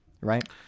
right